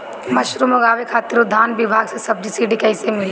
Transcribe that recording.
Mushroom लगावे खातिर उद्यान विभाग से सब्सिडी कैसे मिली?